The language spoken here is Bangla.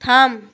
থাম